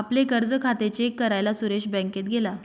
आपले कर्ज खाते चेक करायला सुरेश बँकेत गेला